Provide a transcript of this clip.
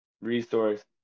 resource